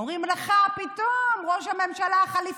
ואומרים לך פתאום, ראש הממשלה החליפי: